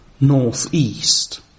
northeast